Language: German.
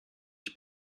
ich